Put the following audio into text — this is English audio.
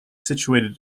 situated